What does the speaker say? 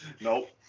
Nope